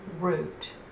root